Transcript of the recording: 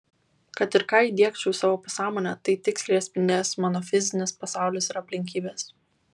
kad ir ką įdiegčiau į savo pasąmonę tai tiksliai atspindės mano fizinis pasaulis ir aplinkybės